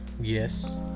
Yes